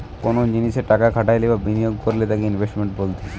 কোনো জিনিসে টাকা খাটাইলে বা বিনিয়োগ করলে তাকে ইনভেস্টমেন্ট বলতিছে